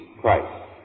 Christ